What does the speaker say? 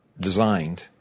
designed